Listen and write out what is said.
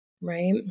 right